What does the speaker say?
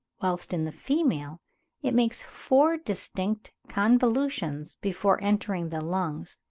whilst in the female it makes four distinct convolutions before entering the lungs.